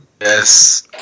Yes